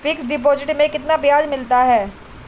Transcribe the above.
Fix deposit में कितना ब्याज मिलता है?